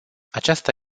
aceasta